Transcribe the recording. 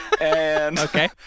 Okay